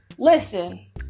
Listen